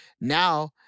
now